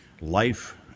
life